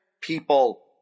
People